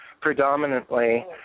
predominantly